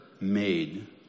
made